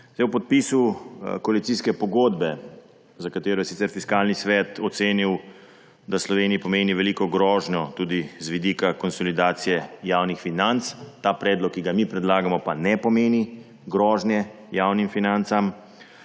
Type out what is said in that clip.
Ob podpisu koalicijske pogodbe, za katero je sicer Fiskalni svet ocenil, da Sloveniji pomeni veliko grožnjo tudi z vidika konsolidacije javnih financ – ta predlog, ki ga mi predlagamo, pa ne pomeni grožnje javnim financam